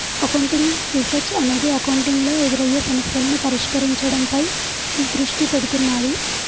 accounting research అనేది accounting లో ఎదురయ్యే సమస్యలను పరిష్కరించడంపై దృష్టి పెడుతున్నాది